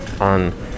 on